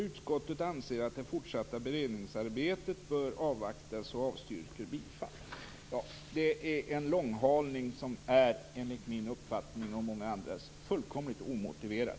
Utskottet anser att det fortsatta beredningsarbetet bör avvaktas och avstyrker bifall till motion Ju705." Detta är enligt min och många andras uppfattning en långhalning som är fullkomligt omotiverad.